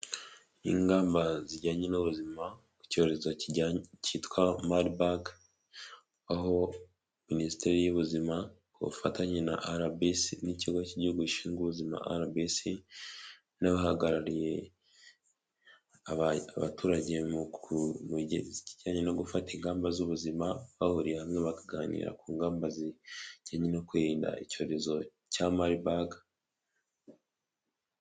Ni ingamba zijyanye n'ubuzima ku cyorezo cyitwa maribaga, aho minisiteri y'ubuzima ku bufatanye na arabisi(RBC) n'ikigo cy'igihugu gishinzwe ubuzima, n'abahagarariye abaturagejyanye no gufata ingamba z'ubuzima bahuriye hamwe bakaganira ku ngamba zijyanye no kwirinda icyorezo cya maribaga.